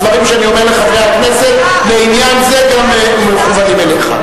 הדברים שאני אומר לחברי הכנסת לעניין זה גם מכוונים אליך.